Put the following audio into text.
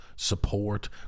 support